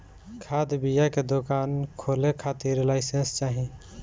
खाद बिया के दुकान खोले के खातिर लाइसेंस चाही